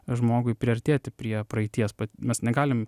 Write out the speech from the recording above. žmogui priartėti prie praeities mes negalim